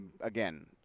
again